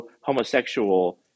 homosexual